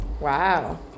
Wow